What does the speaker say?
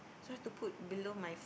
so I have to put below my